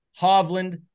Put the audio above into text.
Hovland